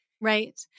right